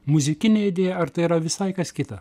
muzikinė idėja ar tai yra visai kas kita